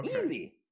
Easy